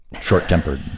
short-tempered